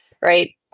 right